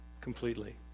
completely